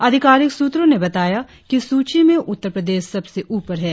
आधिकारिक सूत्रों ने बताया कि सूची में उत्तरप्रदेश सबसे ऊपर है